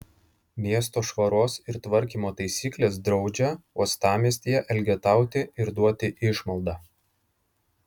miesto švaros ir tvarkymo taisyklės draudžia uostamiestyje elgetauti ir duoti išmaldą